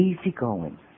easygoing